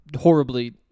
horribly